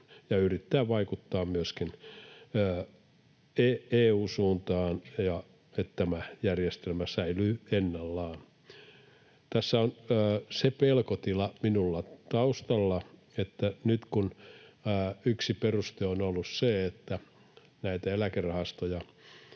ja yrittää vaikuttaa myöskin EU:n suuntaan, että tämä järjestelmä säilyy ennallaan. Tässä on se pelkotila minulla taustalla, nyt kun yksi peruste on ollut se, että näitä eläkerahastoja